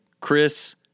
Chris